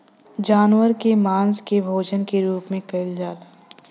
जानवर के मांस के भोजन के रूप में खाइल जाला